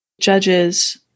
judges